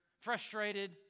frustrated